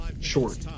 short